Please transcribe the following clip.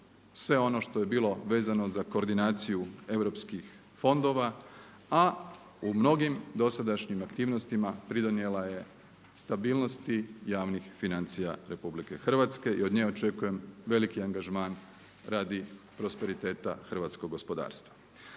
sve ono što je bilo vezano za koordinaciju europskih fondova, a u mnogim dosadašnjim aktivnostima pridonijela je stabilnosti javnih financija RH i od nje očekujem veliki angažman radi prosperiteta hrvatskog gospodarstva.